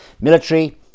Military